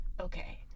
Okay